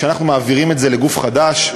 כשאנחנו מעבירים את זה לגוף חדש,